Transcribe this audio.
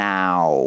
Now